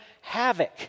havoc